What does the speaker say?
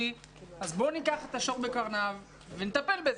אז בואו נאחז את השור בקרניו ונטפל בזה.